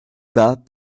bas